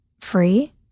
free